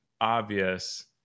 obvious